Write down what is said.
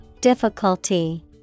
Difficulty